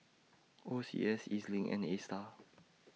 O C S Ez LINK and ASTAR